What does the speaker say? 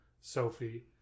Sophie